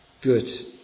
good